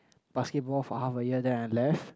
basketball for half a year then I left